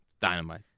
Dynamite